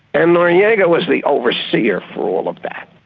and noriega was the overseer for all of that.